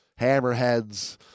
hammerheads